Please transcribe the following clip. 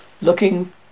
looking